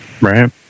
Right